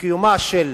לקיומה של